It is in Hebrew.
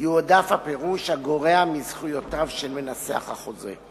יועדף הפירוש הגורע מזכויותיו של מנסח החוזה.